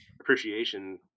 appreciation